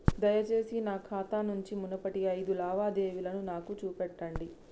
దయచేసి నా ఖాతా నుంచి మునుపటి ఐదు లావాదేవీలను నాకు చూపెట్టండి